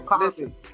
listen